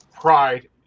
Pride